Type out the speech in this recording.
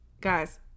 Guys